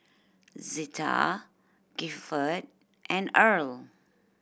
Zetta Gilford and Earle